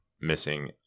missing